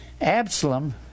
Absalom